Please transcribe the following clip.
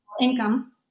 income